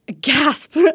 gasp